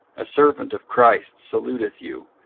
a servant of christ, saluteth you,